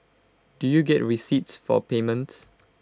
do you get receipts for payments